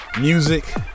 music